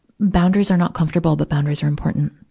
boundaries are not comfortable, but boundaries are important.